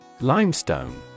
Limestone